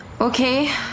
Okay